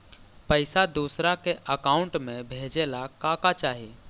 पैसा दूसरा के अकाउंट में भेजे ला का का चाही?